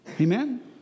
Amen